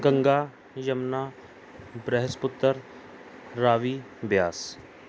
Ganga Yamuna Brahmaputra Ravi Beas